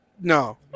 No